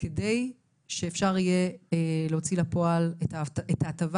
כדי שאפשר יהיה להוציא לפועל את ההטבה